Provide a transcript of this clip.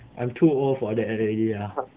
I'm too old for that already